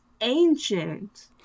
ancient